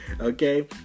Okay